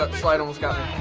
ah slide almost got